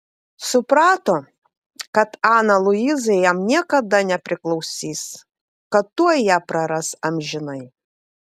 suprato kad ana luiza jam niekada nepriklausys kad tuoj ją praras amžinai